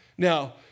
Now